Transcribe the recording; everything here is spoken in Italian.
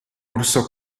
orso